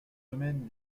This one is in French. domaine